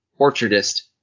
orchardist